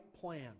plan